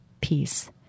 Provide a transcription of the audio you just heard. peace